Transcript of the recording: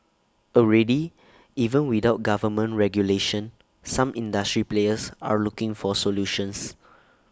already even without government regulation some industry players are looking for solutions